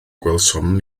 gwelsom